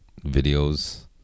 videos